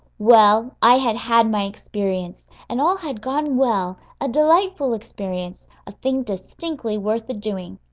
well, i had had my experience, and all had gone well a delightful experience, a thing distinctly worth the doing.